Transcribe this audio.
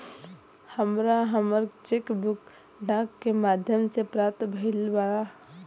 हमरा हमर cheque book डाक के माध्यम से प्राप्त भईल बा